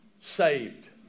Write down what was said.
saved